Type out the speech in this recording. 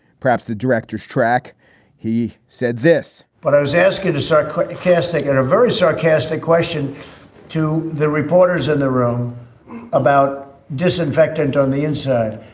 perhaps the director's track he said this, but i was asked to to start casting in a very sarcastic question to the reporters in the room about disinfectant on the inside.